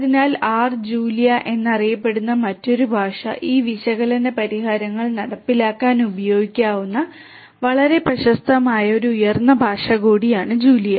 അതിനാൽ R Julia എന്നറിയപ്പെടുന്ന മറ്റൊരു ഭാഷ ഈ വിശകലന പരിഹാരങ്ങൾ നടപ്പിലാക്കാൻ ഉപയോഗിക്കാവുന്ന വളരെ പ്രശസ്തമായ ഒരു ഉയർന്ന ഭാഷ കൂടിയാണ് ജൂലിയ